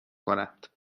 کند